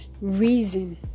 reason